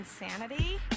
insanity